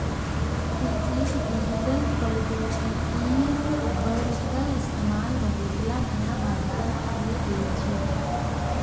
कृषित डिजिटल प्रौद्योगिकिर बढ़ त इस्तमाल बहुतला नया बाजार खोले दिल छेक